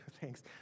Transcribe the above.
Thanks